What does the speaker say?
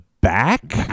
back